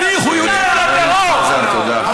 חבר הכנסת חזן, תודה.